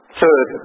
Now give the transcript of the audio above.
Third